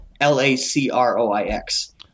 L-A-C-R-O-I-X